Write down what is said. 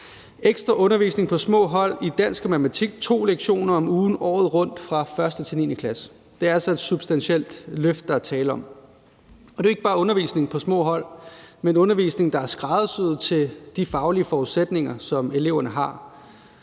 ekstra undervisning på små hold i dansk og matematik i to lektioner om ugen året rundt fra 1.-9. klasse. Det er altså et substantielt løft, der er tale om. Det er ikke bare undervisning på små hold, men undervisning, der er skræddersyet til de faglige forudsætninger, som eleverne har.